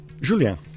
Julien